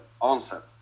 onset